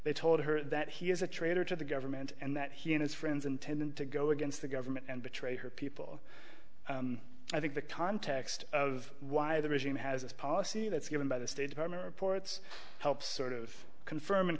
they told her that he is a traitor to the government and that he and his friends intended to go against the government and betray her people i think the context of why the regime has a policy that's given by the state department reports helps sort of confirm